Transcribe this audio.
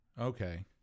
Okay